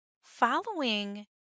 Following